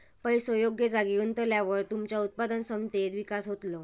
पैसो योग्य जागी गुंतवल्यावर तुमच्या उत्पादन क्षमतेत विकास होतलो